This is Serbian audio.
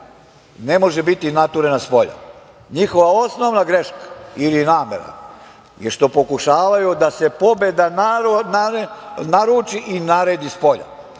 ne može biti naturena spolja, njihova osnovna greška ili namera je što pokušavaju da se pobeda naruči i naredi spolja.